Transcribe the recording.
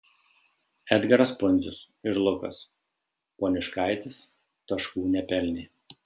edgaras pundzius ir lukas poniškaitis taškų nepelnė